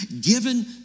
given